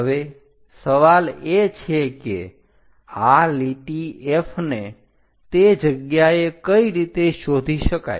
હવે સવાલ એ છે કે આ લીટી F ને તે જગ્યાએ કઈ રીતે શોધી શકાય